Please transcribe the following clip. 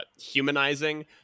humanizing